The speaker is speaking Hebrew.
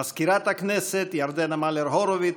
מזכירת הכנסת ירדנה מלר-הורוביץ,